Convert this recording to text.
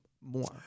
more